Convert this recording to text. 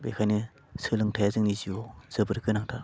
बेखायनो सोलोंथाइया जोंनि जिउआव जोबोर गोनांथार